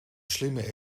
slimme